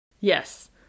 yes